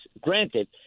Granted